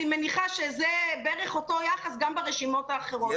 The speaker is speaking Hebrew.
אני מניחה שזה בערך אותך היחס גם ברשימות האחרות.